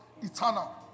Eternal